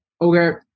Okay